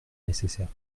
nécessaire